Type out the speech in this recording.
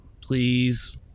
please